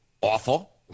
awful